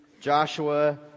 Joshua